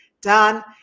done